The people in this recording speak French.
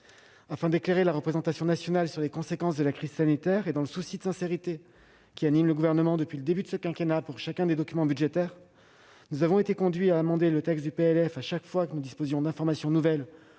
Afin d'éclairer la représentation nationale sur les conséquences de la crise sanitaire et dans le souci de sincérité qui anime le Gouvernement depuis le début de ce quinquennat pour chacun des documents budgétaires, je précise que nous avons été amenés à amender le contenu du projet de loi de finances chaque fois que nous disposions d'informations nouvelles